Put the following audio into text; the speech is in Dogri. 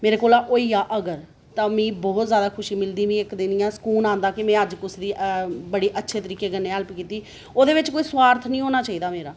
मेरे कोला होइया अगर तां मिगी बहुत जैदा खुशी मिलदी मिगी इक दिन इ'यां स्कून आंदा कि में अज्ज कुसै दी अ बड़े अचछे तरीके कन्नै हैल्प कीती ऐ ओह्दे बिच्च मेरा स्वार्थ नी होंना चाहिदा मेरा